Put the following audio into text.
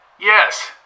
Yes